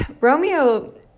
Romeo